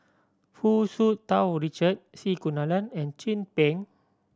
Hu Tsu Tau Richard C Kunalan and Chin Peng